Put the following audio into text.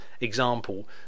example